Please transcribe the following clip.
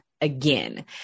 again